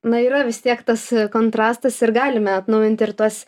na yra vis tiek tas kontrastas ir galime atnaujinti ir tuos